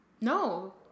No